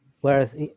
Whereas